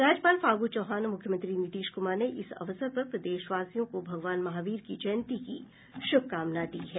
राज्यपाल फागू चौहान और मुख्यमंत्री नीतीश कुमार ने इस अवसर पर प्रदेशवासियों को भगवान महावीर की जयंती की शुभकामना दी है